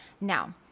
Now